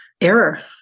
error